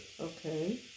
Okay